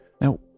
Now